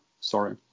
sorry